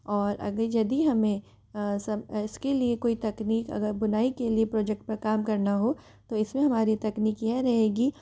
और अगर यदि हमें इसके लिए कोई तकनीक अगर बुनाई के लिए प्रोजेक्ट पर काम करना हो तो इसमें हमारी तकनीकियाँ रहेगी